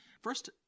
First